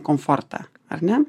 komfortą ar ne